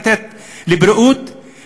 תודה לחברת הכנסת מיכל רוזין.